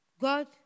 God